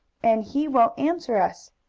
and he won't answer us.